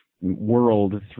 world